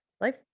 Life